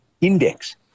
index